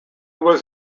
was